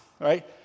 right